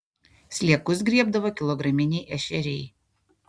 sliekus griebdavo kilograminiai ešeriai